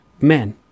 men